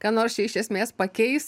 ką nors čia iš esmės pakeis